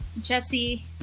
Jesse